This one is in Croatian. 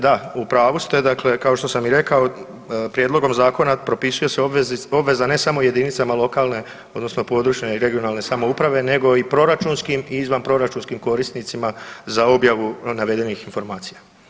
Da, u pravu ste, dakle kao što sam i rekao, prijedlogom zakona propisuje se obveza ne samo jedinicama lokalne odnosno područne i regionalne samouprave nego i proračunskim i izvanproračunskim korisnicima za objavu navedenih informacija.